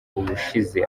ubushize